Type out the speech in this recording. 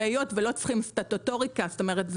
והיות ולא צריכים סטטוטוריקה זאת אומרת זה